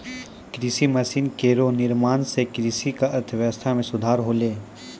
कृषि मसीन केरो निर्माण सें कृषि क अर्थव्यवस्था म सुधार होलै